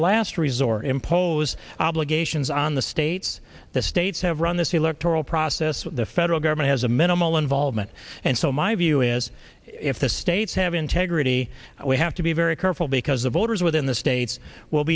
last resort impose obligations on the states the states have run this he looked oral process the federal government has a minimal involvement and so my view is if the states have integrity we have to be very careful because the voters within the states will